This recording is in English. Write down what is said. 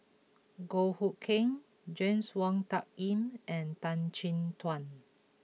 Goh Hood Keng James Wong Tuck Yim and Tan Chin Tuan